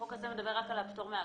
החוק הזה מדבר רק על הפטור מאגרות.